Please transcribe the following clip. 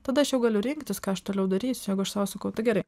tada aš jau galiu rinktis ką aš toliau darysiu jeigu sau sakau tai gerai